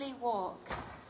walk